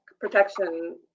Protection